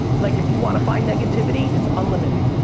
like, if you want to find negativity, it's unlimited.